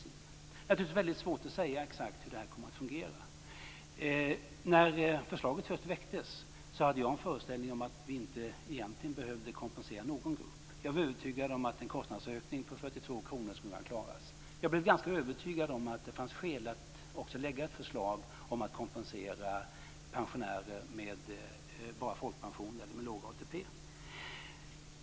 Det är naturligtvis väldigt svårt att säga exakt hur det här kommer att fungera. När förslaget först väcktes hade jag en föreställning om att vi egentligen inte behövde kompensera någon grupp. Jag var övertygad om att en kostnadsökning på 42 kr skulle klaras och blev ganska övertygad om att det fanns skäl att också lägga ett förslag om att kompensera pensionärer med bara folkpension eller med låg ATP.